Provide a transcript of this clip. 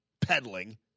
peddling